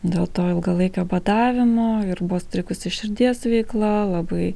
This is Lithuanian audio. dėl to ilgalaikio badavimo ir buvo sutrikusi širdies veikla labai